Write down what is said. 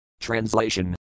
Translation